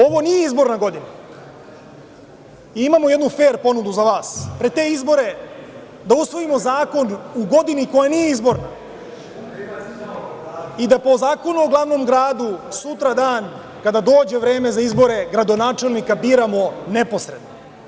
Ovo nije izborna godina i imamo jednu fer ponudu za vas da pred te izbore usvojimo zakon u godini koja nije izborna i da po Zakonu o glavnom gradu sutra dan kada dođe vreme za izbore gradonačelnika biramo neposredno.